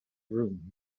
room